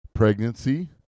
Pregnancy